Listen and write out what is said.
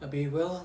abeh well